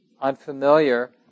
unfamiliar